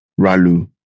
Ralu